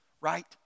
right